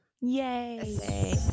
Yay